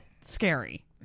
scary